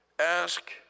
Ask